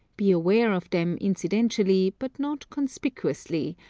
be aware of them incidentally but not conspicuously,